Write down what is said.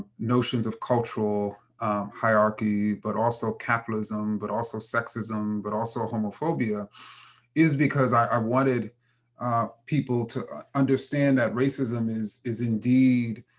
notions of cultural hierarchy, but also, capitalism, but also, sexism, but also, homophobia is because i wanted people to understand that racism is is indeed,